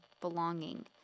belonging